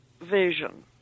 vision